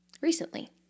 recently